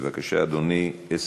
בבקשה, אדוני.